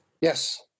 Yes